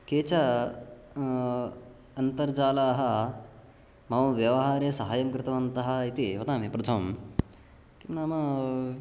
केच अन्तर्जालाः मम व्यवहारे सहायं कृतवन्तः इति वदामि प्रथमं किं नाम